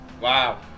Wow